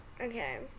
Okay